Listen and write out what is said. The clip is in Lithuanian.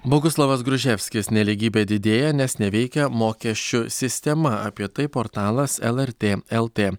boguslavas gruževskis nelygybė didėja nes neveikia mokesčių sistema apie tai portalas lrt lt